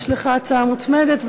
יש לך הצעה מוצמדת.